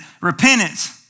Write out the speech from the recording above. repentance